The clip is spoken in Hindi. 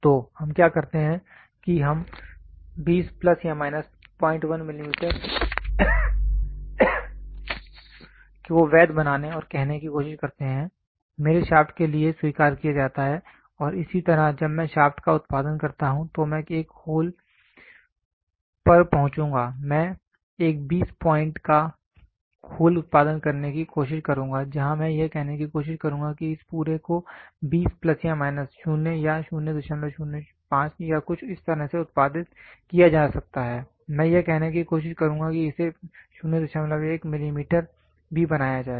तो हम क्या करते हैं कि हम 200 प्लस या माइनस 01 मिलीमीटर को वैध बनाने और कहने की कोशिश करते हैं मेरे शाफ्ट के लिए स्वीकार किया जाता है और इसी तरह जब मैं इस शाफ्ट का उत्पादन करता हूं तो मैं एक होल पर पहुंचूंगा मैं एक 20 पॉइंट का होल उत्पादन करने की कोशिश करुंगा जहां मैं यह कहने की कोशिश करुंगा कि इस पूरे को 200 प्लस या माइनस 00 या 005 या कुछ इस तरह से उत्पादित किया जा सकता है या मैं यह कहने की कोशिश करुंगा कि इसे 01 मिलीमीटर भी बनाया जाए